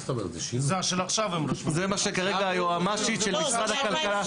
זה מה שכרגע היועמ"שית של משרד הכלכלה אמרה.